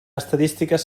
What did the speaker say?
estadístiques